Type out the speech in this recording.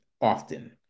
often